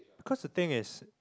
cause the thing is